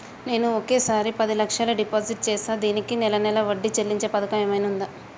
నేను ఒకేసారి పది లక్షలు డిపాజిట్ చేస్తా దీనికి నెల నెల వడ్డీ చెల్లించే పథకం ఏమైనుందా?